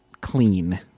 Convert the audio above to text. clean